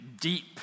deep